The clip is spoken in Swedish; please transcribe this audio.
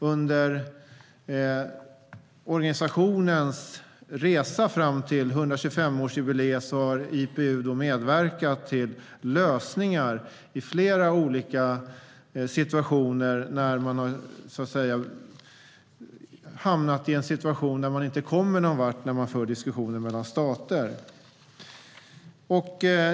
Under organisationens resa fram till 125-årsjubileet har IPU medverkat till lösningar i flera olika situationer när diskussioner mellan stater inte har fört någonvart.